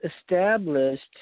established